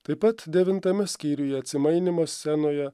taip pat devintame skyriuje atsimainymas scenoje